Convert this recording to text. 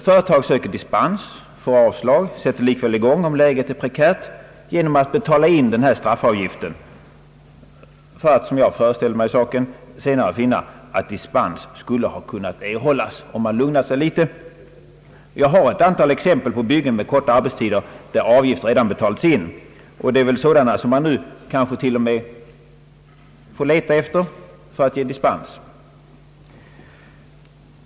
Företag söker dispens, får avslag, sätter likväl i gång om läget är prekärt genom att betala in denna straffavgift för att, som jag föreställer mig saken, senare finna att dispens skulle ha kunnat erhållas om de lugnat sig litet. Jag har ett antal exempel på byggen med korta arbetstider för vilka avgifter redan betalats in. Det är kanske sådana som man nu t.o.m. får leta efter för att ge dispens.